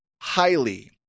highly